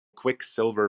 quicksilver